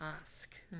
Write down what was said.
ask